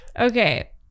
Okay